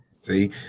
See